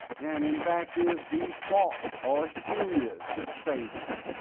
and in fact is the false, or spurious savior,